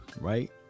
right